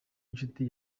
inshuti